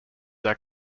are